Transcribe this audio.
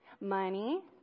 Money